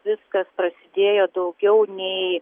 viskas prasidėjo daugiau nei